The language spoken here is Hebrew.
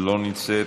אינה נוכחת,